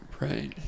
Right